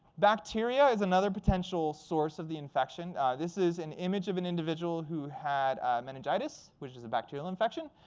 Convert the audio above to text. bacteria is another potential source of the infection. this is an image of an individual who had meningitis, which is a bacterial infection.